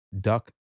duck